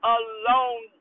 alone